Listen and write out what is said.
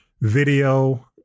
video